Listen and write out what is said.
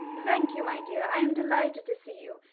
thank you, my dear i am delighted to see you.